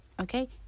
Okay